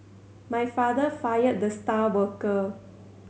my father fired the star worker